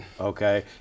Okay